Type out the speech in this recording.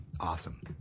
Awesome